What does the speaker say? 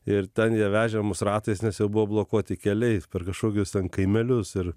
ir ten jie vežė mus ratais nes jau buvo blokuoti keliai per kažkokius kaimelius ir